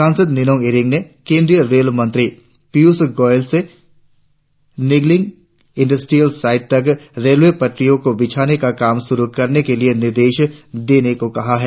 सांसद निनोंग इरिंग ने केंद्रीय रेल मंत्री पीयूष गोयल से निगलक इंडास्ट्रियल साइट तक रेलवे पटरियों को बिछाने का काम शुरु करने के लिए अधिकारियों को निर्देश देने की अपील की है